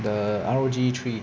the R_O_G three